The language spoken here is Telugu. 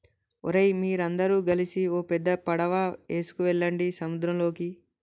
ఓరై మీరందరు గలిసి ఓ పెద్ద పడవ ఎసుకువెళ్ళండి సంద్రంలోకి